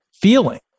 feeling